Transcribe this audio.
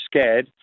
scared